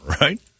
right